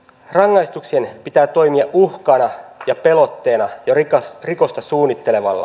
rangaistuksien pitää toimia uhkana ja pelotteena jo rikosta suunnittelevalle